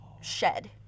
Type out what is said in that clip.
shed